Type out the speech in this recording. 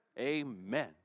Amen